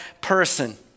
person